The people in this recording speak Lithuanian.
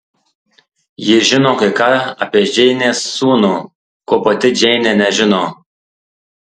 ji žino kai ką apie džeinės sūnų ko pati džeinė nežino